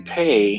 pay